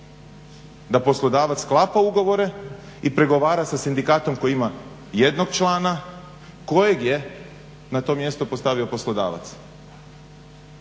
da poslodavac sklapa ugovore i pregovara sa sindikatom koji ima jednog člana kojeg je na to mjesto postavio poslodavac.